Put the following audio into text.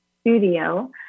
studio